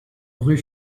rue